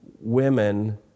women